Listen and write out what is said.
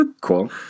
Cool